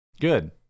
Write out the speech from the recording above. Good